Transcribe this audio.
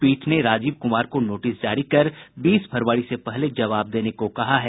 पीठ ने राजीव कुमार को नोटिस जारी कर बीस फरवरी से पहले जवाब देने को कहा है